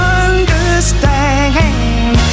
understand